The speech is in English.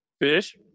fish